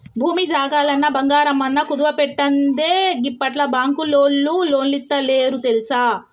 భూమి జాగలన్నా, బంగారమన్నా కుదువబెట్టందే గిప్పట్ల బాంకులోల్లు లోన్లిత్తలేరు తెల్సా